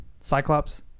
Cyclops